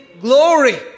glory